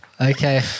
Okay